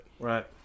Right